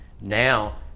Now